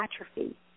atrophy